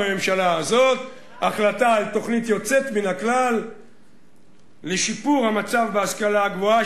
בממשלה הזאת הוחלט על תוכנית יוצאת מן הכלל לשיפור המצב בהשכלה הגבוהה,